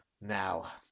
Now